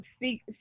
seek